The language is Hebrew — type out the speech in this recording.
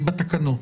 בתקנות.